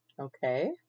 Okay